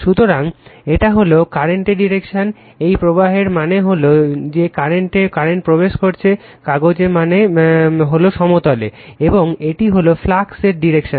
সুতরাং এটা হল কারেন্টের ডিরেকশন এই প্রবাহের মানে হল যে কারেন্ট প্রবেশ করছে কাগজে মানে হলো সমতলে এবং এটি হলো ফ্লাক্স এর ডিরেকশন